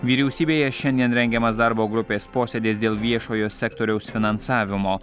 vyriausybėje šiandien rengiamas darbo grupės posėdis dėl viešojo sektoriaus finansavimo